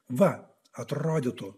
va atrodytų